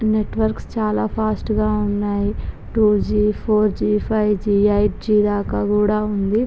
networks చాలా ఫాస్ట్గా ఉన్నాయి two G four G five G eight G దాకా కూడా ఉంది